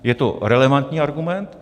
Je to relevantní argument.